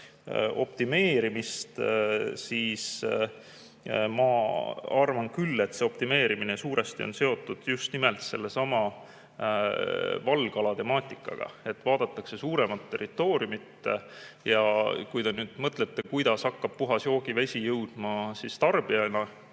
optimeerimist, siis ma arvan küll, et see optimeerimine on suuresti seotud just nimelt sellesama valgala temaatikaga, et vaadatakse suuremat territooriumi. Ja kui te nüüd mõtlete, et kuidas hakkab puhas joogivesi jõudma tarbijani,